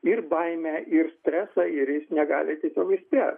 ir baimę ir stresą ir jis negali tiesiog išsręst